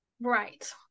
right